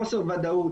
חוסר ודאות,